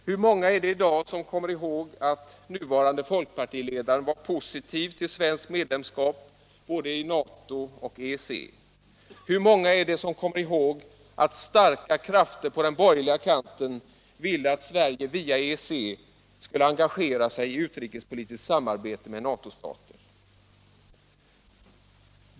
Hur många är det som i dag kommer ihåg att nuvarande folkpartiledaren var positiv till svenskt medlemskap både i NATO och i EEC? Hur många är det som kommer ihåg att starka krafter på den borgerliga kanten ville att Sverige via EEC skulle engagera sig i utrikespolitiskt samarbete med NATO-stater?